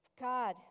God